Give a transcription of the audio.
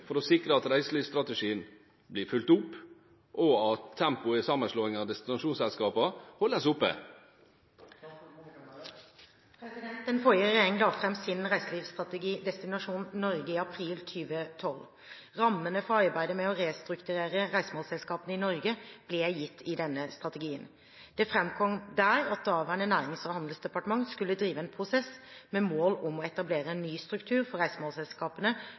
for å sikre at reiselivsstrategien blir fulgt opp, og at tempoet i sammenslåingen av destinasjonsselskapene holdes oppe?» Den forrige regjeringen la fram sin reiselivsstrategi Destinasjon Norge i april 2012. Rammene for arbeidet med å restrukturere reisemålsselskapene i Norge ble gitt i denne strategien. Det framkom der at det daværende Nærings- og handelsdepartementet skulle drive en prosess med mål om å etablere en ny struktur for reisemålsselskapene,